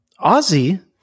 Ozzy